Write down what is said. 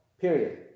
period